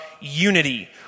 unity